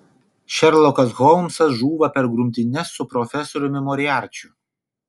šerlokas holmsas žūva per grumtynes su profesoriumi moriarčiu